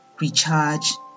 recharge